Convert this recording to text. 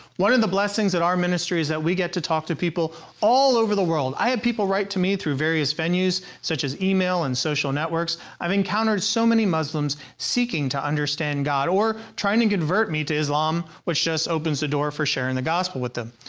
one of the blessings at our ministry is that we get to talk to people all over the world. i have people write to me through various venues such as email and social networks. i've encountered so many muslims seeking to understand god, or trying to convert me to islam which just opens the door for sharing the gospel with them.